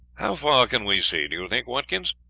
how far can we see, do you think, watkins?